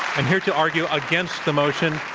and here to argue against the motion,